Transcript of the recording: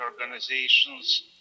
organizations